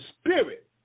Spirit